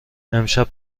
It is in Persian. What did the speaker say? امشب